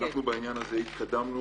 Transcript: אנחנו בעניין הזה התקדמנו